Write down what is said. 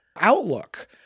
outlook